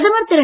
பிரதமர் திரு